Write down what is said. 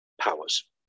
powers